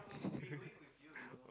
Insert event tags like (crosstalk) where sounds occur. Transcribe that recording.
(laughs)